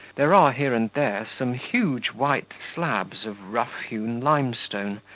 there are here and there some huge white slabs of rough-hewn limestone,